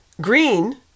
Green